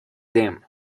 them